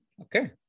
Okay